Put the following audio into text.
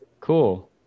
Cool